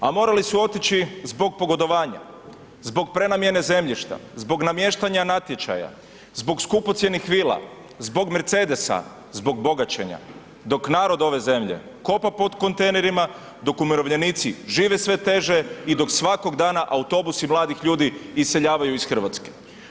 A morali su otići zbog pogodovanja, zbog prenamijene zemljišta, zbog namještanja natječaja, zbog skupocjenih vila, zbog Mercedesa, zbog bogaćenja, dok narod ove zemlje kopa po kontejnerima, dok umirovljenici žive sve teže i dok svakog dana autobusi mladih ljudi iseljavaju iz Hrvatske.